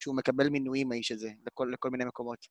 שהוא מקבל מינויים האיש הזה, לכל מיני מקומות.